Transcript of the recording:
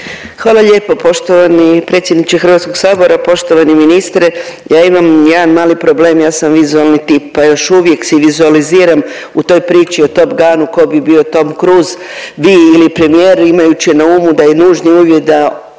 Hvala lijepo poštovani predsjedniče HS-a. Poštovani ministre. Ja imamo jedan mali problem, ja sam vizualni tim pa još uvijek si vizualiziram u toj priči o Top Gunu ko bi bio Tom Cruise, vi ili premijer, imajući na umu da je nužni uvjet da je